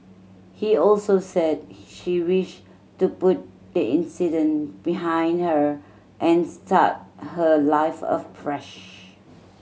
he also said she wish to put the incident behind her and start her life afresh